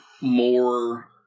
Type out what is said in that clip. more